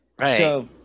Right